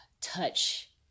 touch